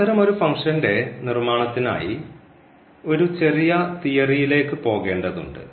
അത്തരമൊരു ഫംഗ്ഷന്റെ നിർമ്മാണത്തിനായി ഒരു ചെറിയ തിയറിയിലേക്ക് പോകേണ്ടതുണ്ട്